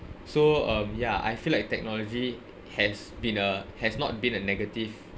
so um ya I feel like technology has been a has not been a negative